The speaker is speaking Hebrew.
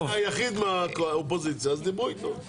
היחיד מהאופוזיציה, דיברו איתו.